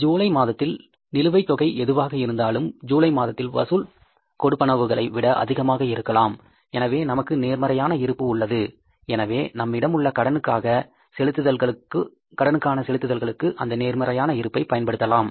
ஜூலை மாதத்தில் நிலுவைத் தொகை எதுவாக இருந்தாலும் ஜூலை மாதத்தில் வசூல் கொடுப்பனவுகளை விட அதிகமாக இருக்கலாம் எனவே நமக்கு நேர்மறையான இருப்பு உள்ளது எனவே நம்மிடம் உள்ள கடனுக்கான செலுத்துதல்களுக்கு அந்த நேர்மறையான இருப்பைப் பயன்படுத்தலாம்